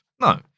No